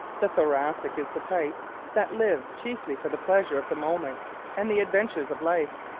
the thoracic is the type that lives chiefly for the pleasure of the moment and the adventures of life.